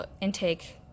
intake